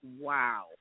wow